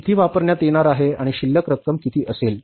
किती वापरण्यात येणार आहे आणि शिल्लक रक्कम किती असेल